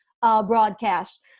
broadcast